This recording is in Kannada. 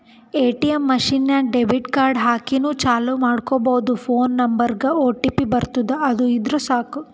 ಎ.ಟಿ.ಎಮ್ ಮಷಿನ್ ನಾಗ್ ಡೆಬಿಟ್ ಕಾರ್ಡ್ ಹಾಕಿನೂ ಚಾಲೂ ಮಾಡ್ಕೊಬೋದು ಫೋನ್ ನಂಬರ್ಗ್ ಒಟಿಪಿ ಬರ್ತುದ್ ಅದು ಇದ್ದುರ್ ಸಾಕು